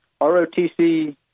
ROTC